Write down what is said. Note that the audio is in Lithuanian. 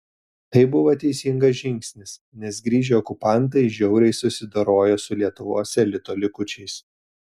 tai buvo teisingas žingsnis nes grįžę okupantai žiauriai susidorojo su lietuvos elito likučiais